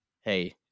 hey